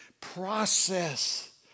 process